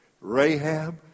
Rahab